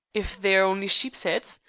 if they're only sheep's eads.